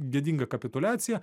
gėdinga kapituliacija